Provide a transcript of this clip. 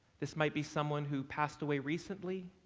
this might be someone who passed away recently